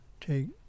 take